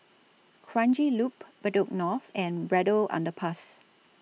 Kranji Loop Bedok North and Braddell Underpass